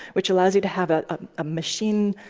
which allows you to have a ah machine,